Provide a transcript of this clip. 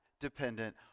dependent